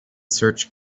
search